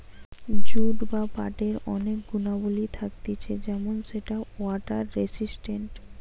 jute বা পাটের অনেক গুণাবলী থাকতিছে যেমন সেটা ওয়াটার রেসিস্টেন্ট